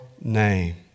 name